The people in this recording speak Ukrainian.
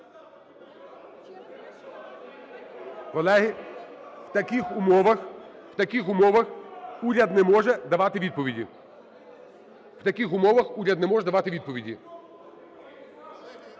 Колеги, в таких умовах уряд не може давати відповіді.